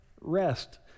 rest